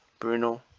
Bruno